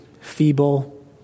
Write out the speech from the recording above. feeble